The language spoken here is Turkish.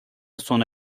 sona